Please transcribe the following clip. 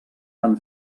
van